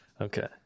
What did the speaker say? Okay